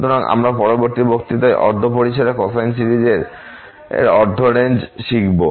সুতরাং আমরা পরবর্তী বক্তৃতায় অর্ধ পরিসরের কোসাইন সিরিজের অর্ধ রেঞ্জ শিখব